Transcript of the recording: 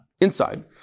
Inside